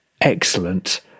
excellent